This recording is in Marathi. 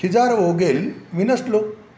हिजार वोगेल विनसलोक